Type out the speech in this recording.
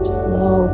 slow